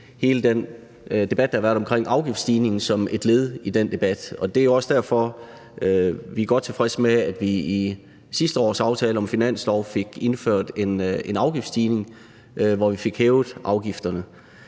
hele den debat, der har været omkring afgiftsstigningen, som et led i den debat, og det er jo også derfor, vi er godt tilfredse med, at vi i sidste års aftale om en finanslov fik indført en afgiftsstigning, hvor vi fik hævet afgifterne.